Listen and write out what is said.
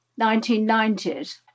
1990s